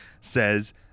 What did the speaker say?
says